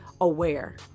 aware